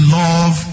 love